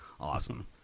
Awesome